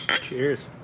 Cheers